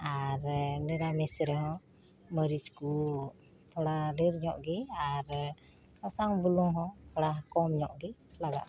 ᱟᱨ ᱱᱤᱨᱟᱢᱤᱥ ᱨᱮᱦᱚᱸ ᱢᱟᱹᱨᱤᱪ ᱠᱚ ᱛᱷᱚᱲᱟ ᱰᱷᱮᱨ ᱧᱚᱜ ᱜᱮ ᱟᱨ ᱥᱟᱥᱟᱝ ᱵᱩᱞᱩᱝ ᱦᱚᱸ ᱛᱷᱚᱲᱟ ᱠᱚᱢ ᱧᱚᱜ ᱜᱮ ᱞᱟᱜᱟᱜᱼᱟ